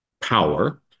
power